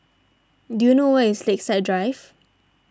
do you know where is Lakeside Drive